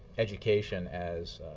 education as